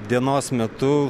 dienos metu